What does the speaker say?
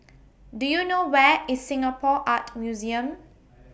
Do YOU know Where IS Singapore Art Museum